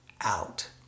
out